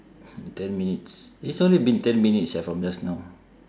ten minutes it's only been ten minutes sia from just now